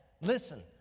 listen